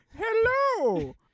Hello